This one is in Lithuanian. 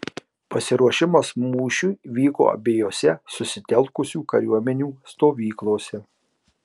pasiruošimas mūšiui vyko abiejose susitelkusių kariuomenių stovyklose